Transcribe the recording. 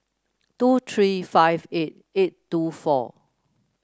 two three five eight eight two four